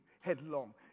headlong